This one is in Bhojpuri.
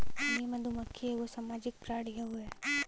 हनी मधुमक्खी एगो सामाजिक प्राणी हउवे